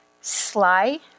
sly